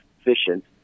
efficient